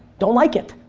don't like it.